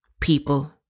people